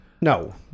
No